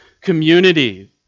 community